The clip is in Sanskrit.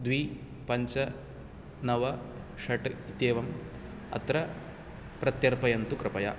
द्वि पञ्च नव षट् इत्येवम् अत्र प्रत्यर्पयन्तु कृपया